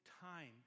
time